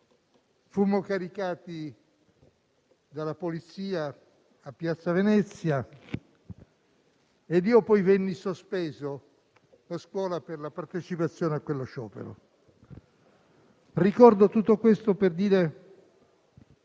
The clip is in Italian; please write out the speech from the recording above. Fummo caricati dalla Polizia a Piazza Venezia ed io poi venni sospeso da scuola per la partecipazione a quello sciopero. Ricordo tutto questo per dire